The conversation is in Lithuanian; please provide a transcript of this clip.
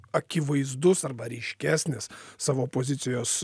akivaizdus arba ryškesnis savo pozicijos